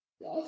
Yes